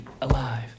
alive